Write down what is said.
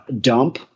dump